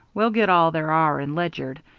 we'll get all there are in ledyard.